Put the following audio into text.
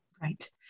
Right